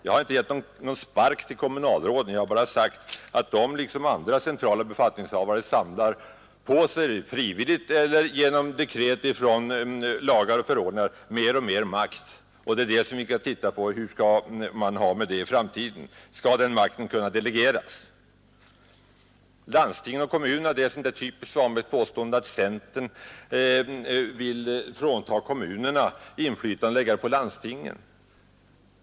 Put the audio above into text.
Jag har inte gett någon spark åt kommunalråden; jag har bara sagt att de liksom andra centrala befattningshavare samlar på sig — frivilligt eller genom dekret i lagar och förordningar — mer och mer makt. Det är det vi skall titta på: Hur skall vi ha det med det förhållandet i framtiden? Skall den makten kunna delegeras? Det är ett typiskt Svanbergskt påstående att centern vill frånta kommunerna inflytande och lägga det på landstingen.